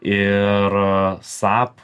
ir sap